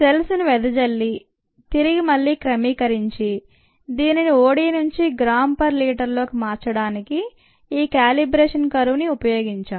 cells ను వెదజల్లి తిరిగి మళ్లీ క్రమపరిచి దీనిని ఓడీ నుంచి గ్రామ్ పర్ లీటర్లోకి మార్చడానికి ఈ క్యాలిబ్రేషన్ కర్వ్ నియోగించాం